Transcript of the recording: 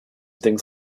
things